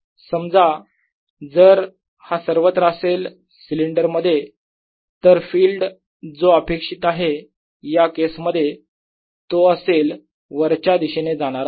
समजा जर हा सर्वत्र असेल सिलेंडर मध्ये तर फील्ड जो अपेक्षित आहे या केस मध्ये तो असेल वरच्या दिशेने जाणारा